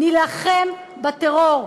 נילחם בטרור,